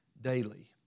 daily